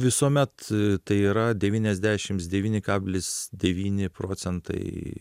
visuomet tai yra devyniasdešims devyni kablis devyni procentai